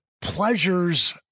pleasures